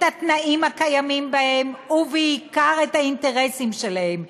את התנאים הקיימים בהן ובעיקר את האינטרסים שלהם.